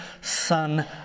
Son